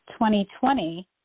2020